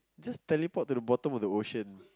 just teleport to the bottom of the ocean